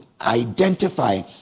identify